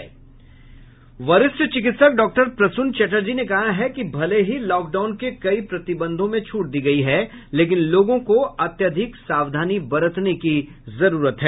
वरिष्ठ चिकित्सक डॉक्टर प्रसून चटर्जी ने कहा है कि भले ही लॉक डाउन के कई प्रतिबंधों में छूट दी गयी है लेकिन लोगों को अत्यधिक सावधानी बरतने की जरूरत है